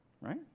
Right